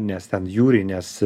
nes ten jūrines